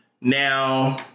Now